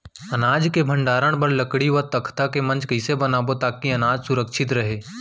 अनाज के भण्डारण बर लकड़ी व तख्ता से मंच कैसे बनाबो ताकि अनाज सुरक्षित रहे?